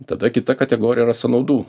tada kita kategorija yra sąnaudų